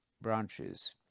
branches